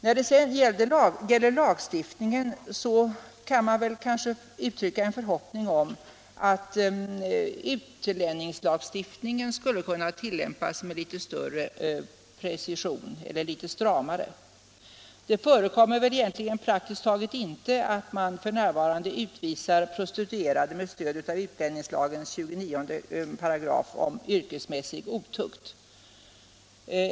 När det sedan gäller lagstiftningen kan man kanske uttrycka en förhoppning om att utlänningslagstiftningen skulle kunna tillämpas litet stramare. Det förekommer väl egentligen praktiskt taget inte att man f.n. utvisar prostituerade med stöd av utlänningslagens 29 § om yrkesmässig otukt.